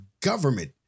government